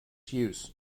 use